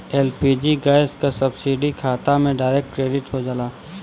LPG gas क subsidy खाता में डायरेक्ट क्रेडिट हो जाला